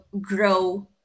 grow